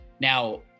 Now